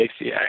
ACA